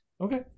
Okay